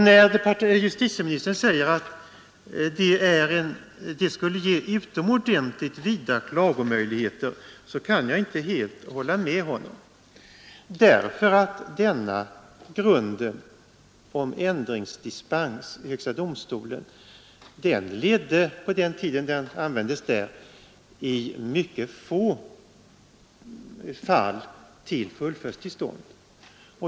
När justitieministern säger att det skulle ge utomordentligt vida klagomöjligheter kan jag inte helt hålla med honom därför att denna grund om ändringsdispens i högsta domstolen på den tid den användes där i mycket få fall ledde till fullföljdstillstånd.